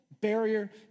barrier